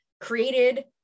created